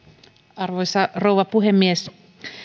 arvoisa rouva puhemies